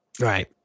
Right